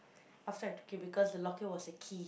after I took it because the locket was a key